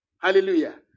Hallelujah